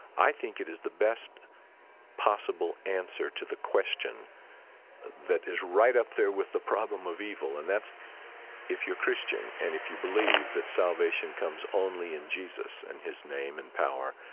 i think it is the best possible answer to the question that is right up there with the problem of evil. and that's if your christian, and if you believe that salvation comes only in jesus and his name and power,